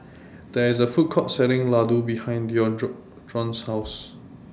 There IS A Food Court Selling Ladoo behind Dejon's House